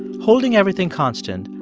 holding everything constant,